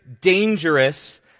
dangerous